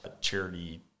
charity